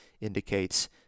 indicates